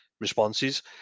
responses